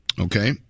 Okay